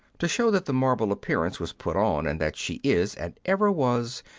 to show that the marble appearance was put on, and that she is, and ever was,